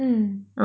mm